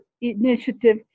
initiative